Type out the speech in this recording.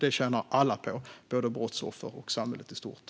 Detta tjänar alla på, både brottsoffer och samhället i stort.